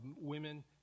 women